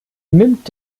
nimmt